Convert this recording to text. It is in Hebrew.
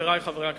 חברי חברי הכנסת,